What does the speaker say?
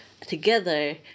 together